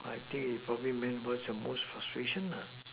I think it probably main burst your frustration